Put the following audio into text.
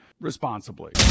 responsibly